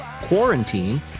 Quarantine